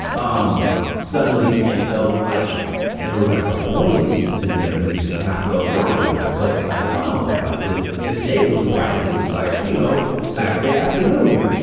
um suddenly, it felt like there was, like, a buoyancy to their music. and i felt lighter. i felt like, oh, like, the the day was brighter. it was, like, you know, saturday afternoon.